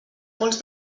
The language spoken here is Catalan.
pols